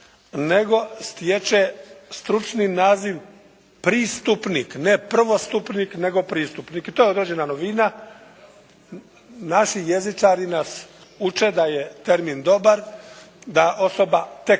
nego stječe stručni naziv pristupnik. Ne prvostupnik, nego pristupnik i to je određena novina. Naši jezičari nas uče da je termin dobar, da osoba tek